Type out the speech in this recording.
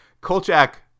Kolchak